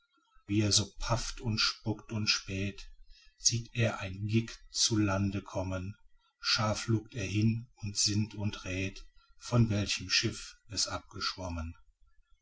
wie er so pafft und spuckt und späht sieht er ein gigg zu lande kommen scharf lugt er hin und sinnt und räth von welchem schiff es